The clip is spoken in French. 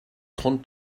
trente